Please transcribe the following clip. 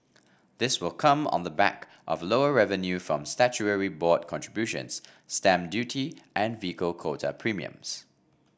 this will come on the back of lower revenue from statutory board contributions stamp duty and vehicle quota premiums